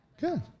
Good